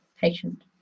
patient